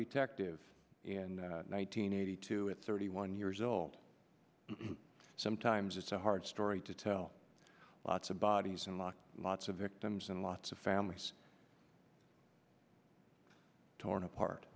detective and nineteen eighty two at thirty one years old sometimes it's a hard story to tell lots of bodies and luck and lots of victims and lots of families torn apart